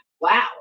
wow